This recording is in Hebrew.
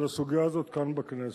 על הסוגיה הזאת, כאן בכנסת.